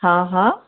हा हा